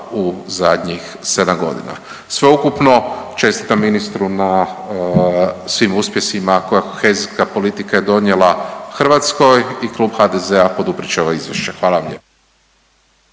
u zadnjih 7 godina. Sveukupno čestitam ministru na svim uspjesima. Kohezijska politika je donijela Hrvatskoj i klub HDZ-a poduprijet će ova izvješća. Hvala vam